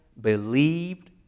believed